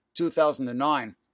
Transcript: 2009